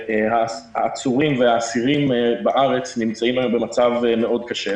שהעצורים והאסירים בארץ נמצאים היום במצב מאוד קשה.